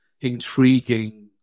intriguing